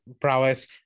prowess